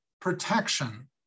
protection